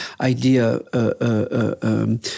idea